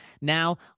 Now